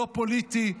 לא פוליטי,